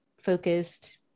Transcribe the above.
focused